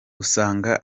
usanga